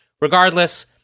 regardless